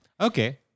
Okay